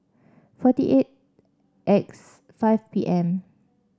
forty eight X five P M